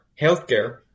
healthcare